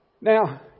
Now